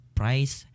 price